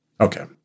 okay